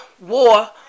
war